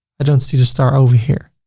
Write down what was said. i don't see the star over here.